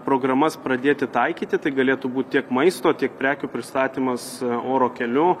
programas pradėti taikyti tai galėtų būt tiek maisto tiek prekių pristatymas oro keliu